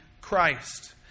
Christ